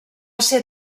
ser